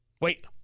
wait